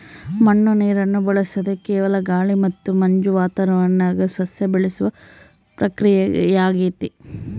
ಮಣ್ಣು ನೀರನ್ನು ಬಳಸದೆ ಕೇವಲ ಗಾಳಿ ಮತ್ತು ಮಂಜು ವಾತಾವರಣದಾಗ ಸಸ್ಯ ಬೆಳೆಸುವ ಪ್ರಕ್ರಿಯೆಯಾಗೆತೆ